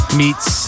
meets